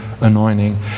anointing